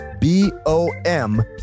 B-O-M